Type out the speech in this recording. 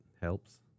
helps